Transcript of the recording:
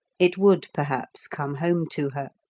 it would, perhaps, come home to her.